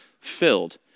filled